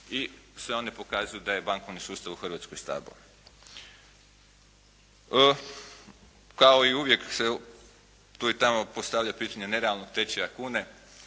i sve one pokazuju da je bankovni sustav u Hrvatskoj stabilan. Kao i uvijek se tu i tamo postavlja pitanje nerealnog tečaja kune.